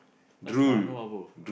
what's lao nua bro